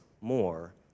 more